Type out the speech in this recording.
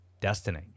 destiny